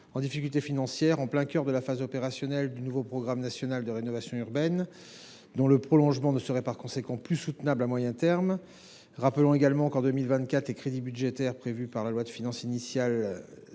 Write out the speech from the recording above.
des difficultés financières en plein cœur de la phase opérationnelle du nouveau programme national de renouvellement urbain (NPNRU), dont le prolongement ne serait par conséquent plus soutenable à moyen terme. Je rappelle que les crédits budgétaires prévus par la loi de finances initiale